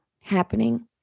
happening